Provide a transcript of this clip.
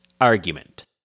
argument